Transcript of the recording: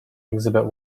exhibit